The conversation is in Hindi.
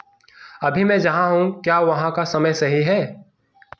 अभी मैं जहाँ हूँ क्या वहाँ का समय सही है